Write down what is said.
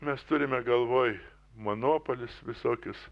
mes turime galvoj monopolius visokius